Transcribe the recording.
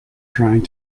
trying